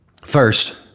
First